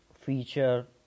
feature